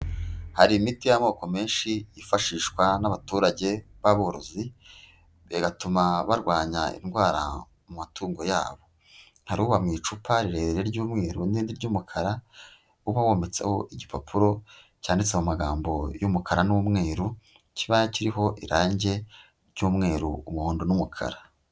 Hari imiti y'amoko menshi yifashishwa n'abaturage b'aborozi, bigatuma barwanya indwara mu matungo yabo. Hari uba mu icupa rirerire ry'umweru n'irindi ry'umukara, uba wometseho igipapuro cyanditse mu magambo y'umukara n'umweru, kiba kiriho irange ry'umweru, umuhondo n'umukara.